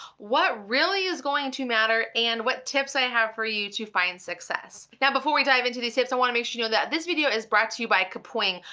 what really is going to matter, and what tips i have for you to find success. now before we dive into these tips, i wanna make sure you know that this video is brought to you by kapwing,